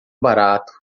barato